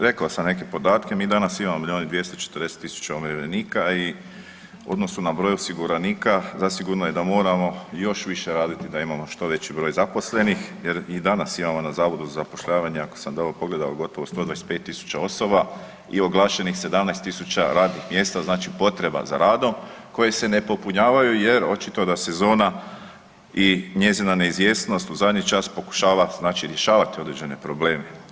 Rekao sam neke podatke, mi danas imamo milijun i 240 tisuća umirovljenika i u odnosu na broj osiguranika, zasigurno je da moramo još više raditi da imamo što veći broj zaposlenih jer i danas imamo na Zavodu za zapošljavanje, ako sam dobro pogledao gotovo 125 tisuća osoba i oglašenih 17 tisuća radnih mjesta, znači potreba za radom koje se ne popunjavaju jer očito da sezona i njezina neizvjesnost u zadnji čas pokušava znači rješavati određene probleme.